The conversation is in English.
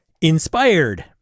inspired